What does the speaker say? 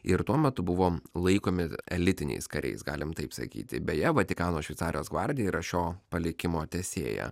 ir tuo metu buvo laikomi elitiniais kariais galime taip sakyti beje vatikano šveicarijos gvardija yra šio palikimo tęsėja